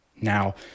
Now